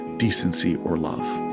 decency, or love